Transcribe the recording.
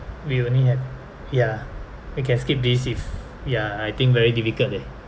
we only have ya we can skip this if ya I think very difficult leh